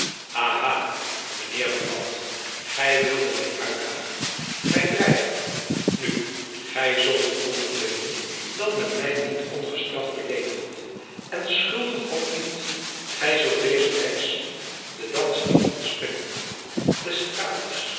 mijn heer buat gy wildet my uitdagen my dreigen nu gy zult het ondervinden dat men my niet ongestraft beleedigt en schuldig of niet gy zult deze reis den dans niet ontspringen d'estrades de